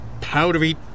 powdery